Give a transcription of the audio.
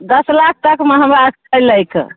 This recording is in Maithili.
दस लाख तकमे हमरा छै लैके